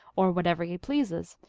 or whatever he pleases,